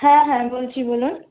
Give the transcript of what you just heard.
হ্যাঁ হ্যাঁ বলছি বলুন